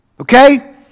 Okay